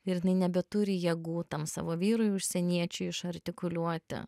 ir nebeturi jėgų tam savo vyrui užsieniečiui iš artikuliuoti